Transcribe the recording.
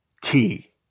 key